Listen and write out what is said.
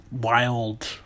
wild